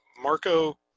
Marco